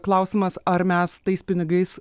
klausimas ar mes tais pinigais